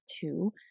two